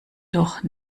doch